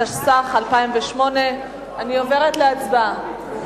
התשס"ח 2008. אני עוברת להצבעה.